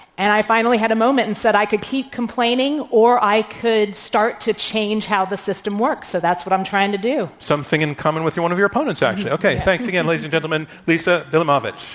and i finally had a moment and said i could keep complaining or i could start to change how the system works. so that's what i'm trying to do. something in common with one of our opponents, actually. okay. thanks. again, ladies and gentlemen, lisa bielamowicz.